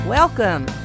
Welcome